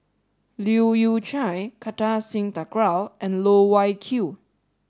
Leu Yew Chye Kartar Singh Thakral and Loh Wai Kiew